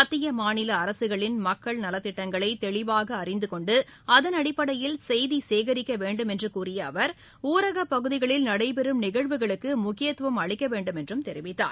மத்திய மாநில அரசுகளின் மக்கள் நலத்திட்டங்களை தெளிவாக அறிந்துகொண்டு அதன் அடிப்படையில் செய்தி சேகரிக்க வேண்டும் என்று கூறிய அவர் ஊரகப் பகுதிகளில் நடைபெறும் நிகழ்வுகளுக்கு முக்கியத்துவம் அளிக்க வேண்டும் என்றும் தெரிவித்தார்